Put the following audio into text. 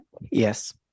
Yes